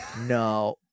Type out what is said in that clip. no